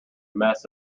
mess